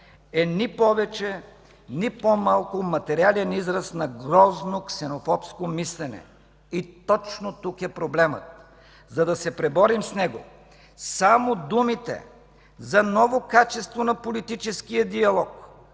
е ни повече, ни по-малко материален израз на грозно ксенофобско мислене. И точно тук е проблемът. За да се преборим с него, само думите за ново качество на политическия диалог